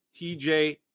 TJ